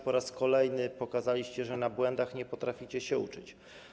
Po raz kolejny pokazaliście, że na błędach nie potraficie się uczyć.